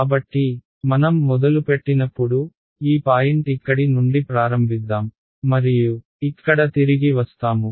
కాబట్టి మనం మొదలుపెట్టినప్పుడు ఈ పాయింట్ ఇక్కడి నుండి ప్రారంభిద్దాం మరియు ఇక్కడ తిరిగి వస్తాము